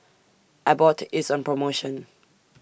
Abbott IS on promotion